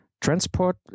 transport